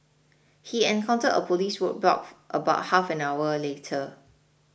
he encountered a police roadblock about half an hour later